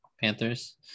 Panthers